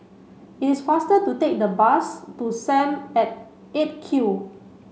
it is faster to take the bus to Sam at eight Q